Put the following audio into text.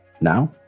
Now